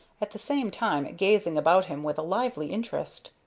at the same time gazing about him with a lively interest.